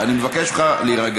איפה היועץ המשפטי